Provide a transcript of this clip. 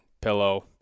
pillow